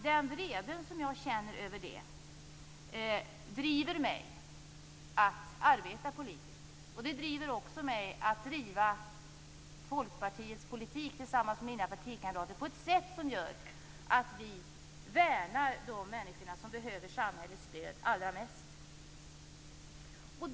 Den vrede jag känner över det driver mig att arbeta politiskt. Den driver mig också att driva Folkpartiets politik tillsammans med mina partikamrater på ett sätt som gör att vi värnar de människor som behöver samhällets stöd allra mest.